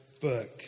book